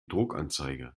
druckanzeige